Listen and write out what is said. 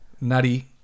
Nutty